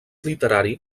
literari